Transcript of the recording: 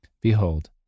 Behold